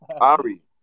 Ari